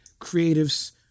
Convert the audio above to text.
creatives